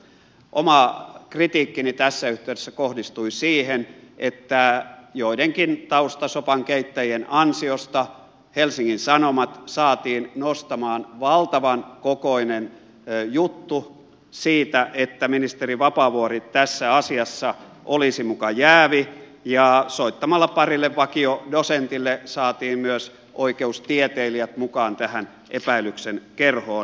oma kritiikkini tässä yhteydessä kohdistui siihen että joidenkin taustasopankeittäjien ansiosta helsingin sanomat saatiin nostamaan valtavan kokoinen juttu siitä että ministeri vapaavuori tässä asiassa olisi muka jäävi ja soittamalla parille vakiodosentille saatiin myös oikeustieteilijät mukaan tähän epäilyksen kerhoon